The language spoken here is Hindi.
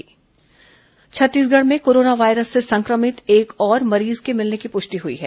कोरोना संक्रमित मरीज छत्तीसगढ़ में कोरोना वायरस से संक्रमित एक और मरीज के मिलने की पुष्टि हुई है